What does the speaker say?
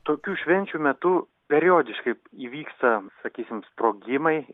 tokių švenčių metu periodiškai įvyksta sakysim sprogimai